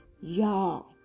y'all